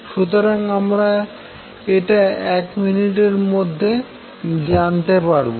সুতরাং আমরা এটা এক মিনিটের মধ্যে জানতে পারবো